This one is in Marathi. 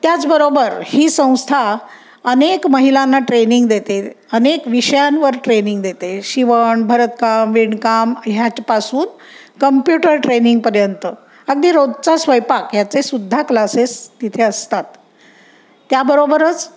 त्याच बरोबर ही संस्था अनेक महिलांना ट्रेनिंग देते अनेक विषयांवर ट्रेनिंग देते शिवण भरतकाम विणकाम ह्याचपासून कम्प्युटर ट्रेनिंगपर्यंत अगदी रोजचा स्वयंपाक ह्याचे सुद्धा क्लासेस तिथे असतात त्याबरोबरच